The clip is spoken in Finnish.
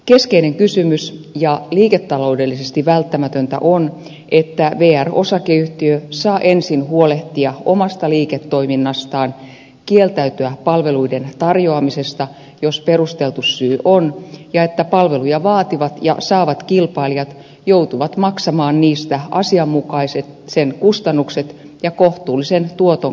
keskeinen kysymys ja liiketaloudellisesti välttämätöntä on että vr osakeyhtiö saa ensin huolehtia omasta liiketoiminnastaan kieltäytyä palveluiden tarjoamisesta jos perusteltu syy on ja että palveluja vaativat ja saavat kilpailijat joutuvat maksamaan niistä asianmukaiset kustannukset ja kohtuullisen tuoton kattavan korvauksen